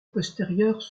postérieures